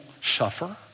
suffer